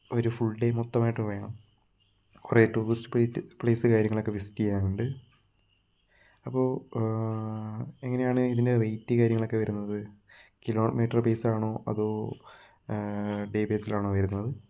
ഒരു full day മൊത്തമായിട്ടും വേണം കുറെ ടൂറിസ്റ്റ് പ്ലേറ്റ് പ്ലേസ് കാര്യങ്ങളൊക്കെ വിസിറ്റ് ചെയ്യാനുണ്ട് അപ്പോൾ എങ്ങനെയാണ് ഇതിന്റെ റേറ്റ് കാര്യങ്ങളൊക്കെ വരുന്നത് കിലോമീറ്റർ ബേസ് ആണോ അതോ ഡേ ബേസിലാണോ വരുന്നത്